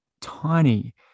tiny